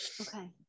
Okay